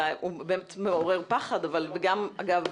הוא מעורר פחד אבל גם אגב